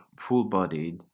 full-bodied